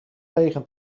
tegen